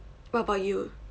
what about you